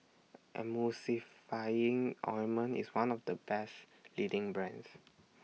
Emulsying Ointment IS one of The Best leading brands